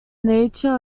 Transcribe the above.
nature